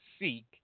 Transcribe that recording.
seek